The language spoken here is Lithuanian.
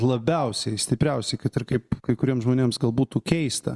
labiausiai stipriausiai kad ir kaip kai kuriems žmonėms gal būtų keista